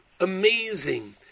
Amazing